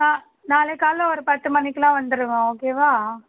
அ நாளைக் காலைல ஒரு பத்து மணிக்குலாம் வந்துருவேன் ஓகேவா